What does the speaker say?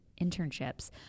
internships